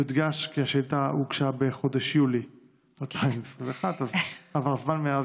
יודגש כי השאילתה הוגשה בחודש יולי 2021. עבר זמן מאז,